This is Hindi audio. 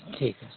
ठीक है